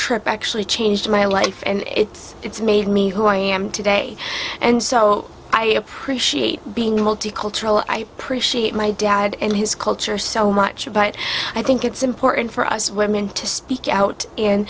trip actually changed my life and it's it's made me who i am today and so i appreciate being multicultural i appreciate my dad and his culture so much of but i think it's important for us women to speak out and